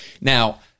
Now